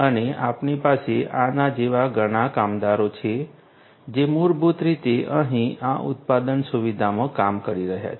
અને આપણી પાસે આના જેવા ઘણા કામદારો છે જે મૂળભૂત રીતે અહીં આ ઉત્પાદન સુવિધામાં કામ કરી રહ્યા છે